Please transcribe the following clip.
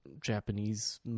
Japanese